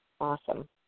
Awesome